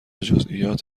جزییات